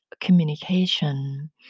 communication